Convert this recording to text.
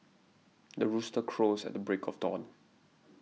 the rooster crows at break of dawn